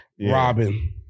Robin